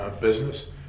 business